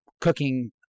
cooking